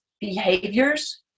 behaviors